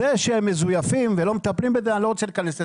זה שהם מזויפים ולא מטפלים בזה אני לא רוצה להיכנס לזה,